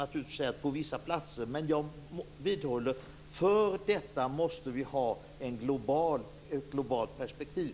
Jag vidhåller dock att vi för detta måste ha ett globalt perspektiv.